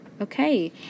Okay